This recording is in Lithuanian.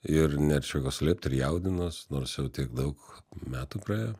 ir nėr čia ko slėpt ir jaudinuos nors jau tiek daug metų praėjo